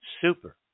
Super